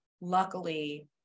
luckily